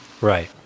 right